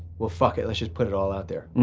well fuck it let's just put it all out there.